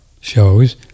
shows